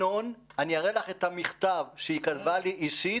אני אראה לך את המכתב שכתבה לי טלי לבנון, אישית,